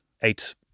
eight